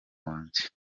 wanjye